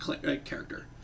character